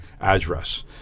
address